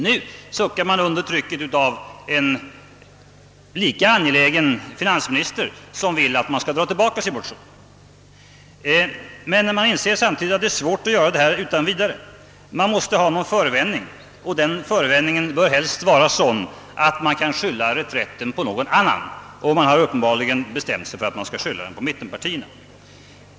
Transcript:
Nu suckar man under trycket av en lika angelägen finansminister, som vill att man skall dra tillbaka sin motion. Men man inser samtidigt att det är svårt att göra detta utan vidare. Man måste ha en förevändning, och den bör helst vara sådan att man kan skylla reträtten på något annat. Man har uppenbarligen bestämt sig för att skylla på mittenpartierna.